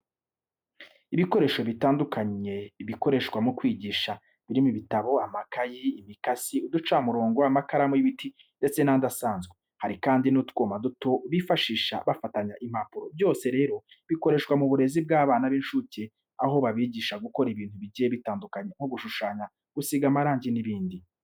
Ibikoresho bitandukanye bikoreshwa mu kwigisha, birimo ibitabo, amakaye, imikasi, uducamurongo, amakaramu y'ibiti ndetse n'andi asanzwe, hari kandi n'utwuma duto bifashisha bafatanya impapuro. Byose rero bikoreshwa mu burezi bw'abana b'inshuke, aho babigisha gukora ibintu bigiye bitandukanye nko gushushanya, gusiga amarangi n'ibindi.